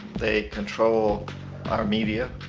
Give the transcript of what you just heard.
they control our media,